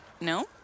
no